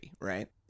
right